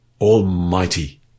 Almighty